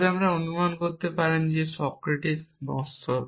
তবে আপনি অনুমান করতে পারেন যে সক্রেটিস নশ্বর